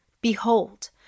Behold